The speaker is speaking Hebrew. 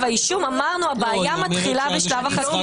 אישום אמרנו שהבעיה מתחילה בשלב החקירה.